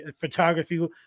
photography